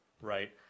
Right